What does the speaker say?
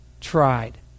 tried